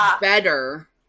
better